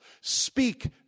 Speak